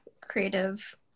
creative